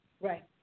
Right